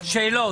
שאלות.